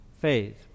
faith